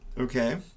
okay